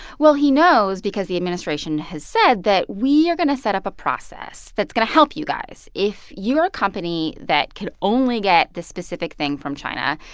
well, he knows, because the administration has said that we are going to set up a process that's going to help you guys. if you are a company that can only get this specific thing from china,